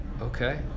okay